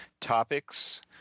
topics